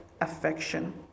affection